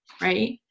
right